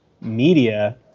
media